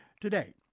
today